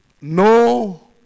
no